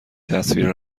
تصویر